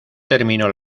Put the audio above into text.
terminó